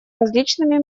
различными